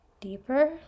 deeper